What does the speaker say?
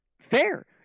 fair